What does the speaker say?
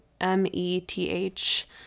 m-e-t-h